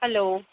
hello